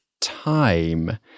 time